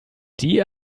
die